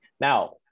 Now